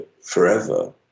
forever